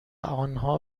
آنها